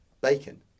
bacon